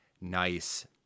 nice